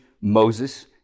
Moses